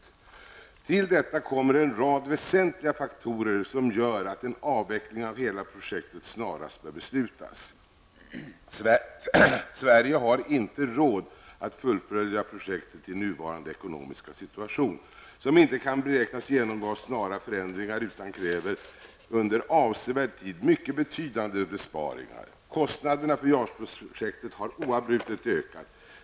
Till detta kommer en rad väsentliga faktorer som gör att en avveckling av hela projektet snarast bör beslutas. Sverige har inte råd att fullfölja projektet i nuvarande ekonomiska situation, som inte kan beräknas genomgå snara förändringar utan kräver mycket betydande besparingar under avsevärd tid. Kostnaderna för JAS-projektet har oavbrutet ökat.